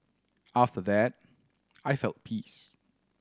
after that I felt peace